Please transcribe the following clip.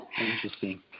Interesting